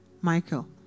Michael